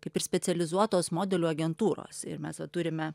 kaip ir specializuotos modelių agentūros ir mes va turime